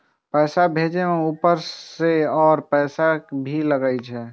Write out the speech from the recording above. पैसा भेजे में ऊपर से और पैसा भी लगे छै?